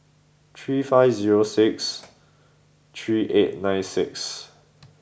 three five zero six three eight nine six